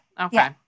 Okay